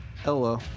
Hello